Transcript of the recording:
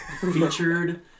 featured